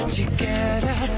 together